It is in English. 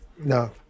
No